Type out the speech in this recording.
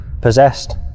possessed